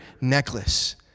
necklace